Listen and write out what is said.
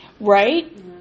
Right